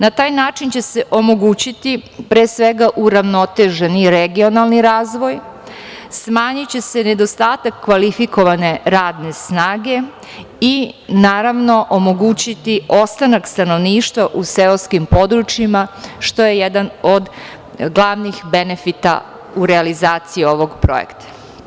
Na taj način će se omogućiti pre svega uravnoteženi regionalni razvoj, smanjiće se nedostatak kvalifikovane radne snage i naravno omogućiti ostanak stanovništva u seoskim područjima, što je jedan od glavnih benefita u realizaciji ovog projekta.